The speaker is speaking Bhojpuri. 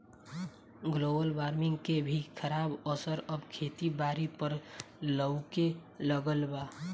ग्लोबल वार्मिंग के भी खराब असर अब खेती बारी पर लऊके लगल बा